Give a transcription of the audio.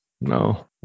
no